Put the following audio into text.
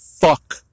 Fuck